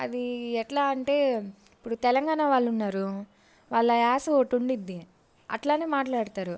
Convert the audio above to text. అది ఎట్లా అంటే ఇప్పుడు తెలంగాణ వాళ్ళున్నారు వాళ్ళ యాస ఒకటి ఉంటుంది అట్లానే మాట్లాడుతారు